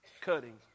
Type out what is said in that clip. cutting